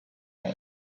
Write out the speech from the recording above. rate